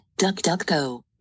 DuckDuckGo